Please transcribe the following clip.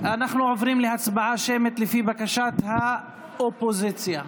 לפי בקשת האופוזיציה.